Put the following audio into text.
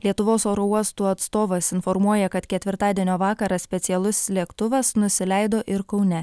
lietuvos oro uostų atstovas informuoja kad ketvirtadienio vakarą specialus lėktuvas nusileido ir kaune